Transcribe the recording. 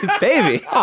Baby